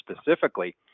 specifically